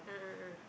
a'ah ah